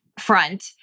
front